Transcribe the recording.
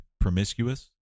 promiscuous